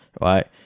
right